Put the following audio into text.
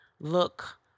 look